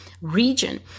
region